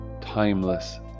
timeless